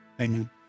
Amen